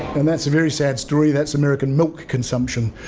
and that's a very sad story, that's american milk consumption.